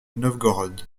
novgorod